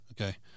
okay